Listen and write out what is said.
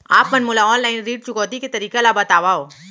आप मन मोला ऑनलाइन ऋण चुकौती के तरीका ल बतावव?